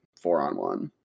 four-on-one